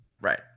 Right